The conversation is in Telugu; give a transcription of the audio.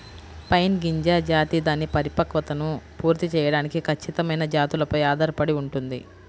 పైన్ గింజ జాతి దాని పరిపక్వతను పూర్తి చేయడానికి ఖచ్చితమైన జాతులపై ఆధారపడి ఉంటుంది